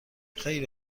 خیلی